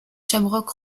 shamrock